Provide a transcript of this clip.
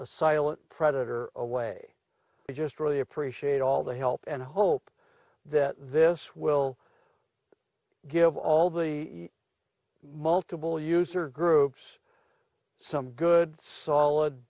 a silent predator away i just really appreciate all the help and hope that this will give all the multiple user groups some good solid